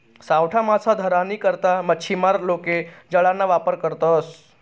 सावठा मासा धरानी करता मच्छीमार लोके जाळाना वापर करतसं